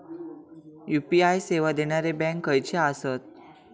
UPI सेवा देणारे bank खयचे आसत?